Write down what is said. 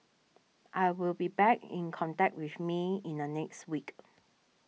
I will be back in contact with May in the next week